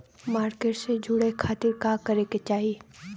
Market से जुड़े खाती का करे के चाही?